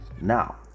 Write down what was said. now